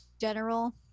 general